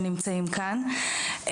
שנמצאים כאן.